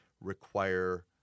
require